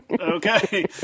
okay